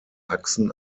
achsen